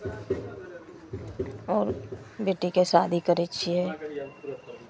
आओर बेटीके शादी करै छियै